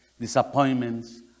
disappointments